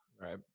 Right